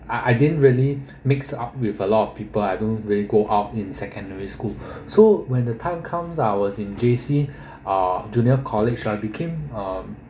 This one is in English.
I I didn't really mix up with a lot of people I don't really go up in secondary school so when the time comes our in J_C uh junior college I became um